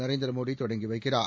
நரேந்திர மோடி தொடங்கி வைக்கிறார்